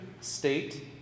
state